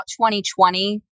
2020